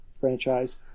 franchise